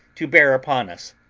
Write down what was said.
to bear upon us,